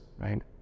right